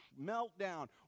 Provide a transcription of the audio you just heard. Meltdown